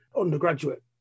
undergraduate